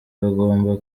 bagomba